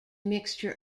mixture